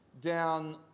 down